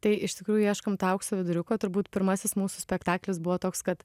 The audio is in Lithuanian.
tai iš tikrųjų ieškom to aukso viduriuko turbūt pirmasis mūsų spektaklis buvo toks kad